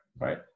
right